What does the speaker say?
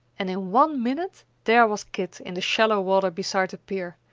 and in one minute there was kit in the shallow water beside the pier,